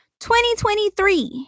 2023